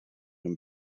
and